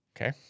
Okay